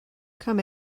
come